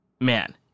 man